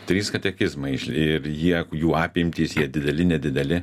trys katekizmai ir jie jų apimtys jie dideli nedideli